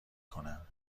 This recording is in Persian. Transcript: کنم